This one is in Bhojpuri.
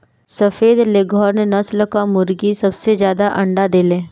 सफ़ेद लेघोर्न नस्ल कअ मुर्गी सबसे ज्यादा अंडा देले